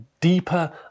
deeper